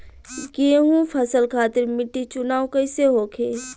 गेंहू फसल खातिर मिट्टी चुनाव कईसे होखे?